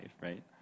right